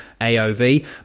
AOV